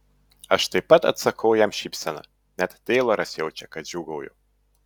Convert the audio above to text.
aš taip pat atsakau jam šypsena net teiloras jaučia kad džiūgauju